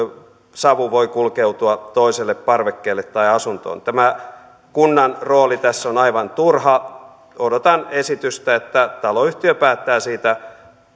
savu voi kulkeutua toiselle parvekkeelle tai asuntoon tämä kunnan rooli tässä on aivan turha odotan esitystä että taloyhtiö päättää siitä